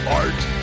art